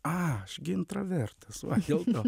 a aš gi intravertas va dėl to